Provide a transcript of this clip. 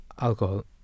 alcohol